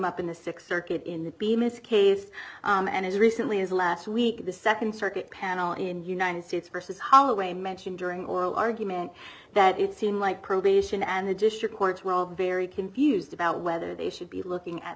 up in the th circuit in the bemis case and as recently as last week the nd circuit panel in united states versus holloway mentioned during oral argument that it seemed like probation and the district courts were all very confused about whether they should be looking at